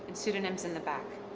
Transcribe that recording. sudonym's in the back.